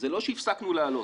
זה לא שהפסקנו לעלות,